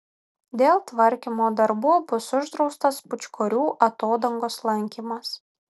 dėl tvarkymo darbų bus uždraustas pūčkorių atodangos lankymas